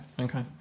okay